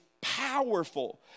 powerful